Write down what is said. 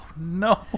no